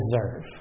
deserve